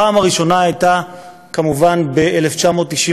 הפעם הראשונה הייתה כמובן ב-1993,